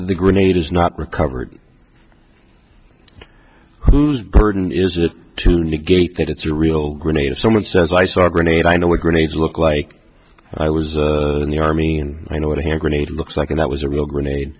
the grenade is not recovered whose gurdon is it to negate that it's a real grenade if someone says i saw a grenade i know a grenade look like i was in the army and i know what a hand grenade looks like and it was a real grenade